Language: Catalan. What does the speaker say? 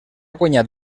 guanyat